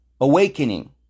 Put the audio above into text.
awakening